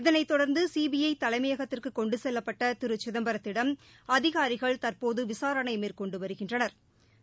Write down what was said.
இதனைத்தொடர்ந்து சிபிஐ தலைமையகத்திற்கு கொண்டு செல்லப்பட்ட திரு சிதப்பரத்திடம் அதிகாரிகள் தற்போது விசாரணை மேற்கொண்டு வருகின்றனா்